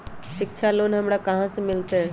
शिक्षा लोन हमरा कहाँ से मिलतै?